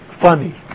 funny